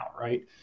right